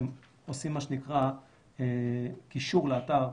שעושים מה שנקרא קישור לאתר,